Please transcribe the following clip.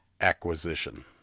acquisition